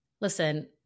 Listen